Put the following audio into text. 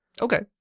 Okay